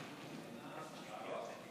הכנסת,